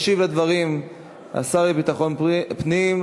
ישיב על הדברים השר לביטחון פנים,